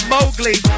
Mowgli